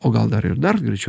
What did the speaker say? o gal dar ir dar greičiau